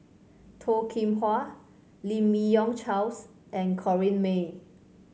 Toh Kim Hwa Lim Yi Yong Charles and Corrinne May